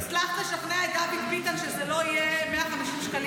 אדוני היושב-הראש, חבריי חברי הכנסת,